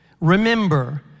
remember